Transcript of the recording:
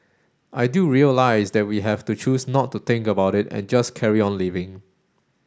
I do realise that we have to choose not to think about it and just carry on living